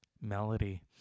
Melody